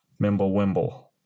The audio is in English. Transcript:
Mimblewimble